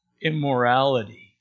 immorality